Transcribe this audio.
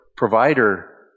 Provider